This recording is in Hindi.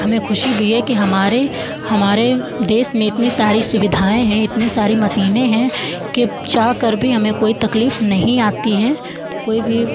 हमें खुशी भी है कि हमारे हमारे देश में इतनी सारी सुविधाएं हैं इतनी सारी मशीनें हैं के चाह कर भी हमें कोई तकलीफ़ नहीं आती है कोई भी